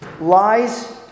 Lies